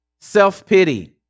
self-pity